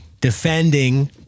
defending